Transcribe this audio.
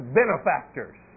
benefactors